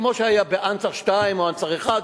כמו שהיה ב"אנסאר 2" או "אנסאר 1",